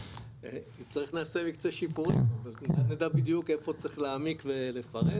אם צריך נעשה מקצה שיפורים ואז נדע בדיוק איפה צריך להעמיק ולפרט,